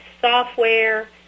software